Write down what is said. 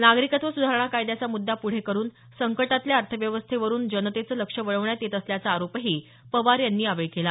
नागरिकत्व सुधारणा कायद्याचा मुद्दा पुढे करुन संकटातल्या अर्थव्यवस्थेवरून जनतेचं लक्ष वळवण्यात येत असल्याचा आरोपही पवार यांनी यावेळी केला